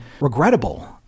regrettable